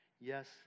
Yes